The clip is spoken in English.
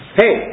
hey